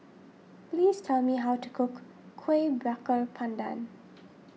please tell me how to cook Kuih Bakar Pandan